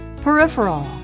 peripheral